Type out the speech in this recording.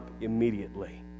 immediately